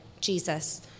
Jesus